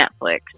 Netflix